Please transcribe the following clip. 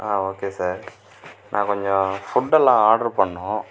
okay sir நான் கொஞ்சம் ஃபுட்டெல்லாம் ஆர்டர் பண்ணணும்